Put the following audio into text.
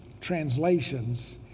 translations